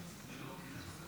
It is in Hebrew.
כנסת נכבדה, אדוני השר,